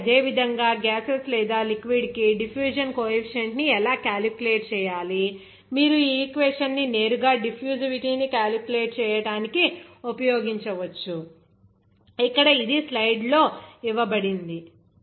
కాబట్టి అదేవిధంగా గ్యాసెస్ లేదా లిక్విడ్ కి డిఫ్యూషన్ కోఎఫిషిఎంట్ ని ఎలా క్యాలిక్యులేట్ చేయాలి మీరు ఈ ఈక్వేషన్ ని నేరుగా డిఫ్యూసివిటీ ని క్యాలిక్యులేట్ చేయడానికి ఉపయోగించవచ్చు ఇక్కడ ఇది స్లైడ్లో ఇవ్వబడింది